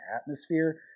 atmosphere